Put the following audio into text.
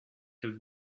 have